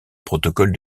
protocole